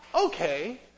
okay